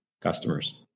customers